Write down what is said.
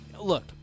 look